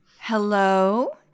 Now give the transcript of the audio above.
Hello